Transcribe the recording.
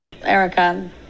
Erica